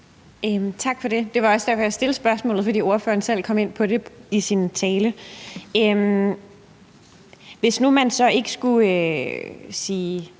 Tak for det. Jeg stillede også spørgsmålet, fordi ordføreren selv kom ind på det i sin tale. Når nu man så ikke vil lægge